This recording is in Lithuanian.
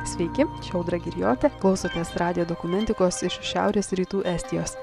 sveiki audra girijotė klausotės radijo dokumentikos iš šiaurės rytų estijos